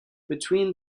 between